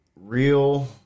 real